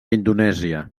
indonèsia